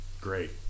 Great